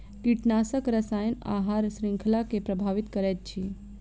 कीटनाशक रसायन आहार श्रृंखला के प्रभावित करैत अछि